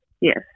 Yes